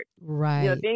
right